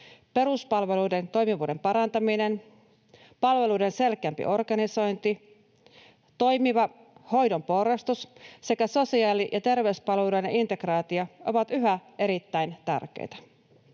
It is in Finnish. peruspalveluiden toimivuuden parantaminen, palveluiden selkeämpi organisointi, toimiva hoidon porrastus sekä sosiaali- ja terveyspalveluiden integraatio, ovat yhä erittäin tärkeitä.